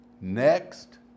Next